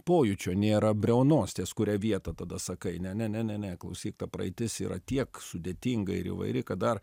pojūčio nėra briaunos ties kuria vieta tada sakai ne ne ne ne ne klausyk ta praeitis yra tiek sudėtinga ir įvairi kad dar